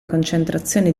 concentrazione